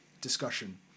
discussion